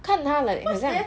看他 like 好像